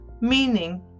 meaning